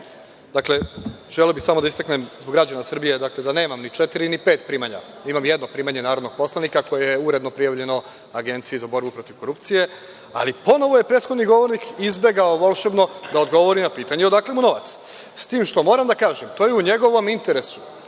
Dakle, želeo bih samo da istaknem zbog građana Srbije, da nemam ni četiri ni pet primanja, da imam jedno primanje narodnog poslanika koje je uredno prijavljeno Agenciji za borbu protiv korupcije, ali ponovo je prethodni govornik izbegao volšebno da odgovori na pitanje odakle mu novac. S tim, što moram da kažem, to je u njegovom interesu.